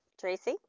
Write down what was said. tracy